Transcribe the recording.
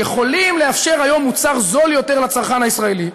יכולים לאפשר היום מוצר זול יותר לצרכן הישראלי.